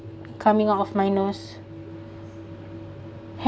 coming out of my nose